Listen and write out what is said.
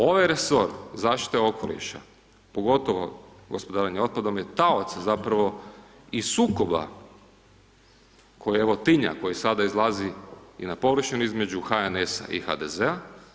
Ovaj resor zaštite okoliša pogotovo gospodarenja otpadom je taoc zapravo i sukoba koji evo tinja, koji sada izlazi i na površinu između HNS-a i HDZ-a.